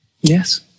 Yes